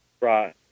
Right